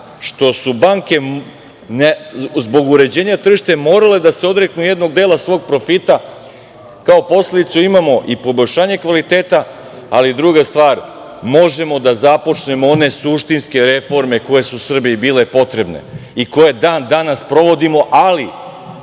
što su banke, zbog uređenja tržišta, morale da se odreknu jednog dela svog profita, kao posledicu imamo i poboljšanje kvaliteta, ali druga stvar, možemo da započnemo one suštinske reforme koje su Srbiji bile potrebne i koje dan danas sprovodimo. Ali,